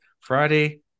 Friday